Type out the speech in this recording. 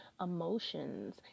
emotions